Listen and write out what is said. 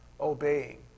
obeying